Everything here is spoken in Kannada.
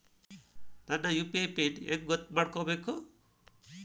ನನ್ನ ಯು.ಪಿ.ಐ ಪಿನ್ ಹೆಂಗ್ ಗೊತ್ತ ಮಾಡ್ಕೋಬೇಕು?